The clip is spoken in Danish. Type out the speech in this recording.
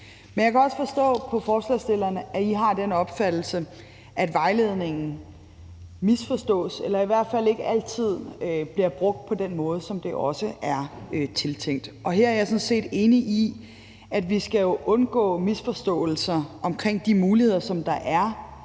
Men jeg kan også forstå på forslagsstillerne, at de har den opfattelse, at vejledningen misforstås, eller i hvert fald ikke altid bliver brugt på den måde, som den er tiltænkt. Her er jeg sådan set enig i, at vi jo skal undgå misforståelser omkring de muligheder, som der er